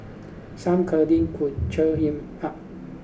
some cuddling could cheer him up